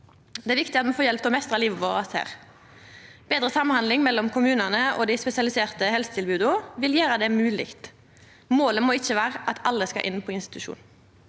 Det er viktig at me får hjelp til å meistra livet vårt her. Betre samhandling mellom kommunane og dei spesialiserte helsetilboda vil gjera det mogleg. Målet må ikkje vera at alle skal inn på institusjon.